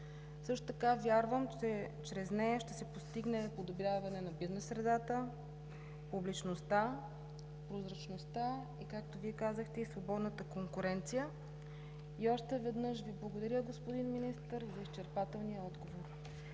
поръчки“. Вярвам, че чрез нея ще се постигне подобряване на бизнес средата, публичността, прозрачността и, както Вие казахте, свободната конкуренция. Още веднъж Ви благодаря, господин Министър, за изчерпателния отговор.